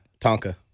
Tonka